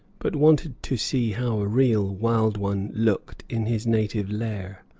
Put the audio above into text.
but wanted to see how a real wild one looked in his native lair.